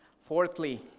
Fourthly